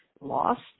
lost